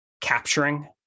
capturing